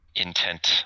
intent